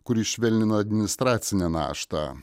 kuri švelnina administracinę naštą